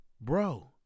Bro